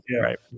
Right